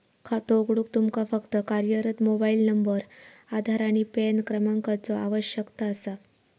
खातो उघडूक तुमका फक्त कार्यरत मोबाइल नंबर, आधार आणि पॅन क्रमांकाचो आवश्यकता असा